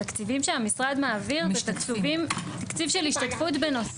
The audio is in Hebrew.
התקציבים שהמשרד מעביר זה תקציב של השתתפות בנוסף.